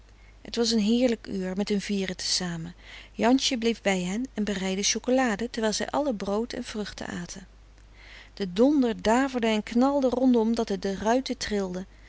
het was een heerlijk uur met hun vieren te samen jansje bleef bij hen en bereidde chocolade terwijl zij allen brood en vruchten aten de donder daverde en knalde rondom dat de ruiten trilden